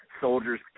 soldiers